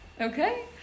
Okay